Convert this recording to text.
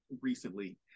recently